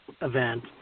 event